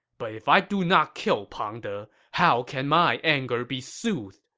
but if i do not kill pang de, how can my anger be soothed!